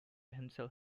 himself